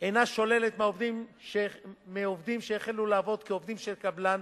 שוללת מעובד שהחל לעבוד כעובד של קבלן